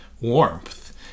warmth